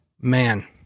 man